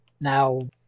Now